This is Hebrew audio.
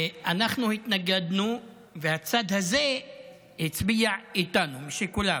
אנחנו התנגדנו, הצד הזה הצביע איתנו משיקוליו,